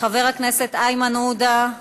חבר הכנסת איימן עודה,